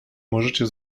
możecie